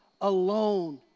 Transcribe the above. alone